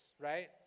right